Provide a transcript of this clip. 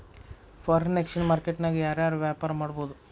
Foreign exchange market ನ್ಯಾಗ ಯಾರ್ ಯಾರ್ ವ್ಯಾಪಾರಾ ಮಾಡ್ಬೊದು?